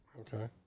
Okay